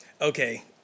Okay